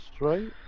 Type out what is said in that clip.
right